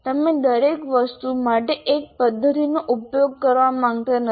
તમે દરેક વસ્તુ માટે એક પદ્ધતિનો ઉપયોગ કરવા માંગતા નથી